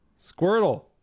Squirtle